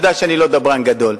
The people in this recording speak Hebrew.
ואתה יודע שאני לא דברן גדול,